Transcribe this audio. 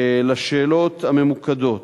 לשאלות הממוקדות,